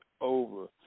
over